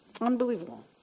Unbelievable